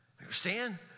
Understand